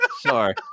Sorry